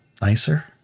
nicer